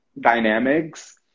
dynamics